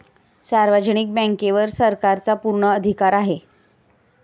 सार्वजनिक बँकेवर सरकारचा पूर्ण अधिकार आहे